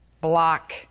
block